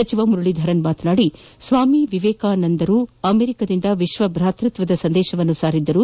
ಸಚಿವ ಮುರಳೀಧರನ್ ಮಾತನಾದಿ ಸ್ವಾಮಿ ವಿವೇಕಾನಂದ ಅವರು ಅಮೆರಿಕದಿಂದ ವಿಶ್ವ ಭ್ರಾತೃತ್ವದ ಸಂದೇಶವನ್ನು ಸಾರಿದ್ದರು